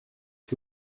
que